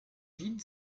vide